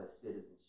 citizenship